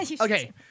Okay